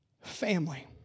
Family